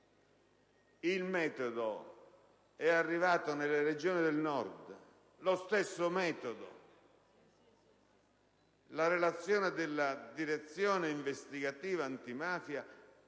il metodo è arrivato nelle Regioni del Nord. Lo stesso metodo. La relazione della Direzione investigativa antimafia